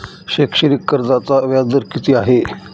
शैक्षणिक कर्जाचा व्याजदर किती आहे?